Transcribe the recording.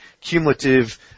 cumulative